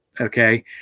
Okay